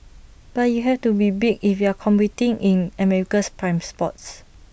but you have to be big if you're competing in America's prime spots